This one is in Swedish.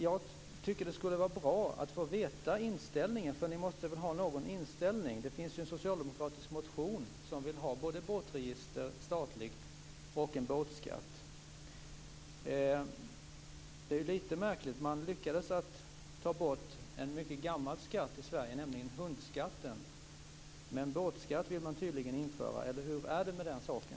Jag tycker att det vore bra att få veta inställningen. Ni måste väl ha någon inställning. Det finns ju en socialdemokratisk motion om att man vill ha både ett statligt båtregister och en båtskatt. Det är lite märkligt; man lyckades ta bort en mycket gammal skatt i Sverige, nämligen hundskatten, men en båtskatt vill man tydligen införa. Eller hur är det med den saken?